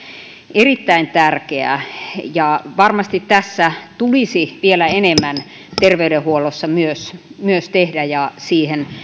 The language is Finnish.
erittäin tärkeää varmasti tässä tulisi vielä enemmän terveydenhuollossa myös tehdä ja siihen